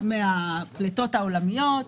מהפליטות העולמיות.